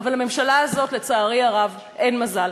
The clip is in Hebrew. אבל לממשלה הזאת, לצערי הרב, אין מזל.